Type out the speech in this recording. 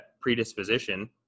predisposition